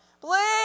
Please